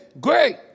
great